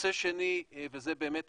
נושא שני, זה באמת התפיסה,